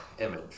image